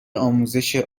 آموزش